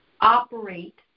operate